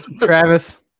Travis